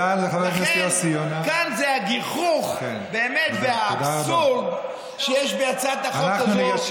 זה הגיחוך והאבסורד שיש בהצעת החוק הזאת,